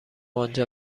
آنجا